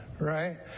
right